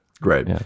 Great